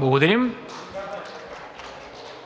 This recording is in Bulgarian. Благодаря.